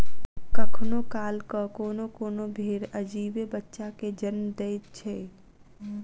कखनो काल क कोनो कोनो भेंड़ अजीबे बच्चा के जन्म दैत छै